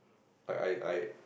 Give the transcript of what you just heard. like I I